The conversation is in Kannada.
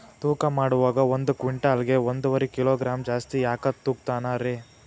ತೂಕಮಾಡುವಾಗ ಒಂದು ಕ್ವಿಂಟಾಲ್ ಗೆ ಒಂದುವರಿ ಕಿಲೋಗ್ರಾಂ ಜಾಸ್ತಿ ಯಾಕ ತೂಗ್ತಾನ ರೇ?